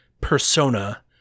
persona